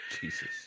Jesus